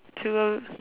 true